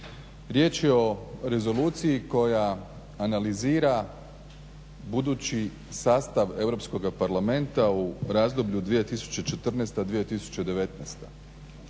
Riječ je o rezoluciji koja analizira budući sastav Europskog parlamenta u razdoblju 2014./2019.